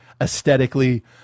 aesthetically